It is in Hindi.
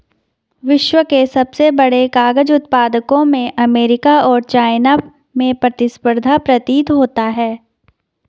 विश्व के सबसे बड़े कागज उत्पादकों में अमेरिका और चाइना में प्रतिस्पर्धा प्रतीत होता है